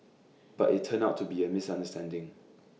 but IT turned out to be A misunderstanding